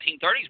1930s